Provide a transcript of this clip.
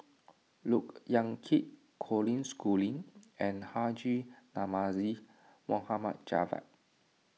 Look Yan Kit Colin Schooling and Haji Namazie Mohd Javad